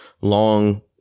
long